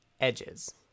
edges